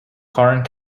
current